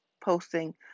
posting